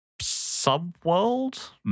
sub-world